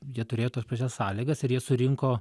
jie turėjo tas pačias sąlygas ir jie surinko